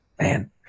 Man